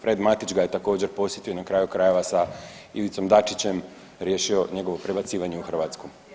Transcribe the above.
Fred Matić ga je također posjetio, na kraju krajeva sa Ivicom Dačićem riješio njegovo prebacivanje u Hrvatsku.